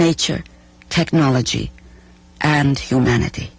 nature technology and humanity